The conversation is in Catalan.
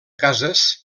cases